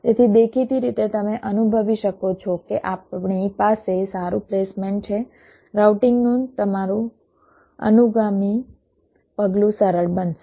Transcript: તેથી દેખીતી રીતે તમે અનુભવી શકો છો કે આપણી પાસે સારું પ્લેસમેન્ટ છે રાઉટિંગનું તમારું અનુગામી પગલું સરળ બનશે